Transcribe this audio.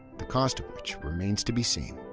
the cost of which remains to be seen.